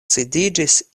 sidiĝis